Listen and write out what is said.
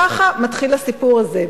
ככה מתחיל הסיפור הזה,